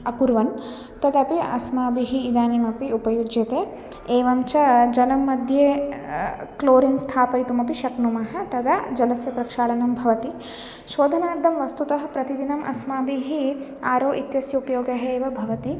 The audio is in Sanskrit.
अकुर्वन् तदपि अस्माभिः इदानीम् अपि उपयुज्यते एवं च जलं मध्ये क्लोरिन् स्थापयितुम् अपि शक्नुमः तदा जलस्य प्रक्षालनं भवति शोधनार्थं वस्तुतः प्रतिदिनम् अस्माभिः आरो इत्यस्य उपयोगः एव भवति